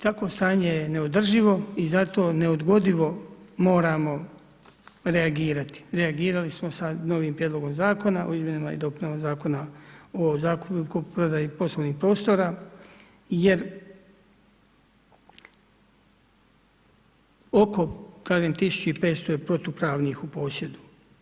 Takvo stanje je neodrživo i zato ne odgodivo moramo reagirati, reagirali smo sa novim prijedlogom zakona o izmjenama i dopunama Zakona o zakupu i kupoprodaji poslovnih prostora jer oko kažem, 1500 je protupravnih u posjedu.